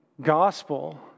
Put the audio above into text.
gospel